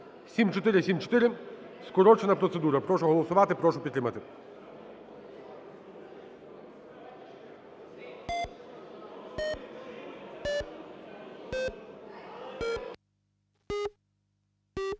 7474 – скорочена процедура. Прошу голосувати, прошу підтримати.